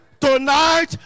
tonight